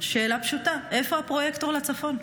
שאלה פשוטה: איפה הפרויקטור לצפון?